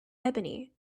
ebony